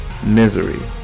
Misery